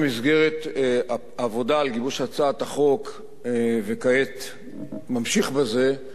במסגרת עבודה לגיבוש הצעת החוק וכעת ממשיך בזה,